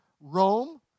Rome